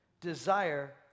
desire